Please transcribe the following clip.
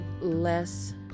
less